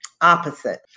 opposite